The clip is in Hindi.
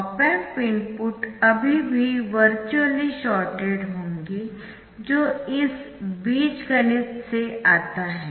ऑप एम्प इनपुट अभी भी वर्चुअली शॉर्टेड होंगे जो इस बीजगणित से आता है